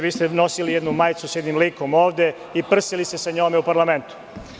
Vi ste nosili majicu sa jednim likom ovde i prsili se sa njom u parlamentu.